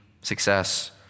success